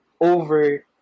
over